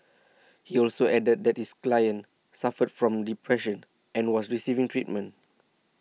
he also added that his client suffered from depression and was receiving treatment